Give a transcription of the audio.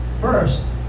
first